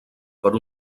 per